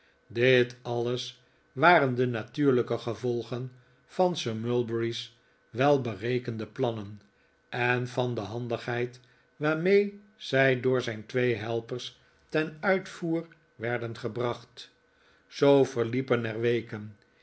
dit alles waren de natuurlijke gevolgen van sir mulberry's welberekende plannen en van de handigheid waarmee zij door zijn twee helpers ten uitvoer werden gebracht zoo verliepen er weken